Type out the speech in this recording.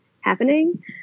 happening